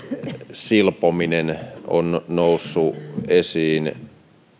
silpominen on noussut esiin